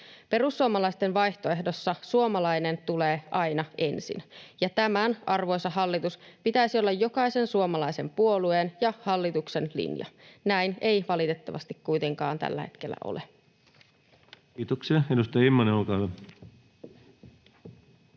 Perussuomalaisten vaihtoehdossa suomalainen tulee aina ensin, ja tämän, arvoisa hallitus, pitäisi olla jokaisen suomalaisen puolueen ja hallituksen linja. Näin ei valitettavasti kuitenkaan tällä hetkellä ole. [Speech 170] Speaker: